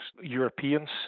Europeans